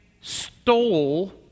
stole